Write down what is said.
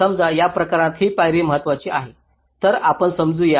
समजा या प्रकरणात ही पायरी महत्त्वपूर्ण आहे तर आपण समजू या